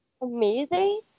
amazing